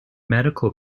medical